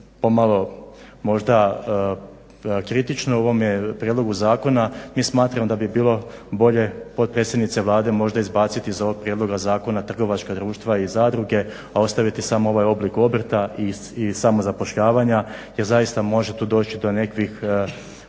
pomalo možda kritično u ovome prijedlogu zakona, mi smatramo da bi bilo bolje potpredsjednice Vlade možda izbaciti iz ovog prijedloga zakona trgovačka društva i zadruge, a ostaviti samo ovaj oblik obrta i samozapošljavanja, jer zaista može tu doći do nekakvih